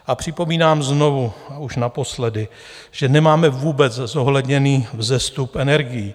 A připomínám znovu, už naposledy, že nemáme vůbec zohledněný vzestup energií.